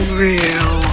real